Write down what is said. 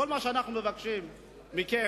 כל מה שאנחנו מבקשים מכם,